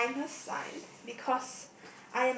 minus sign because